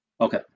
Okay